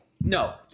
No